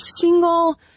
single